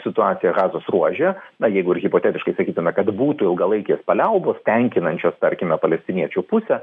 situacija gazos ruože na jeigu ir hipotetiškai sakytume kad būtų ilgalaikės paliaubos tenkinančios tarkime palestiniečių pusę